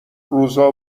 روزا